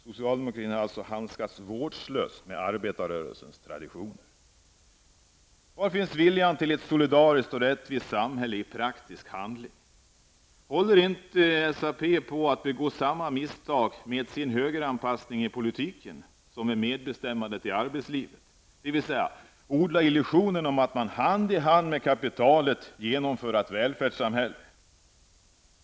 Socialdemokratin har alltså handskats vårdslöst med arbetarrörelsens traditioner. Var finns viljan att åstadkomma ett solidariskt och rättvist samhälle? Var finns alltså den viljan i praktisk handling? Håller inte SAP på att begå samma misstag med sin högeranpassning i politiken som när det gällt medbestämmandet i arbetslivet -- dvs. odlas inte illusionen att man hand i hand med kapitalet skall genomföra ett välfärdssamhälle?